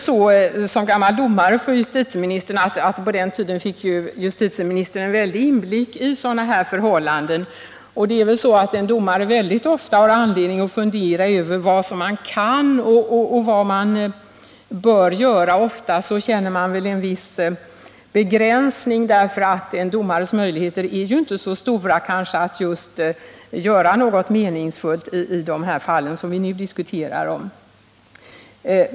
Som gammal domare har justitieministern haft god inblick i sådana här förhållanden, och det är väl så att en domare väldigt ofta har anledning att fundera över vad man kan och bör göra. Ofta känner man väl en viss begränsning därför att en domares möjligheter att göra någonting meningsfullt inte är så stora i det slags fall som vi nu diskuterar.